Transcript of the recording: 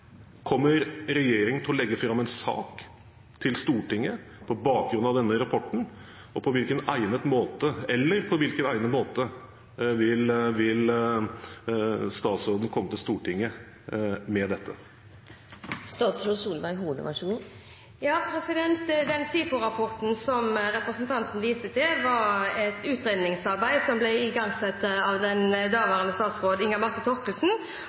Kommer regjeringen til å legge fram en sak til Stortinget på bakgrunn av denne rapporten, eller på hvilken egnet måte vil statsråden komme til Stortinget med dette? Den SIFO-rapporten som representanten viser til, var et utredningsarbeid som ble igangsatt av daværende statsråd, Inga